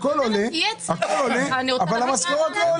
הכול עולה, אבל המשכורות לא עולות.